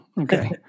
Okay